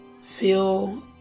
feel